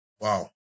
Wow